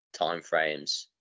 timeframes